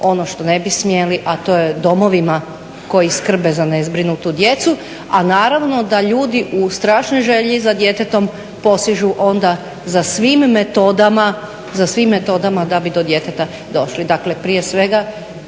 ono što ne bi smjeli, a to je domovima koji skrbe za nezbrinutu djecu. A naravno da ljudi u strašnoj želji za djetetom posežu za svim metodama da bi do djeteta došli.